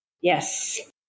yes